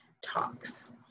Talks